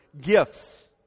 gifts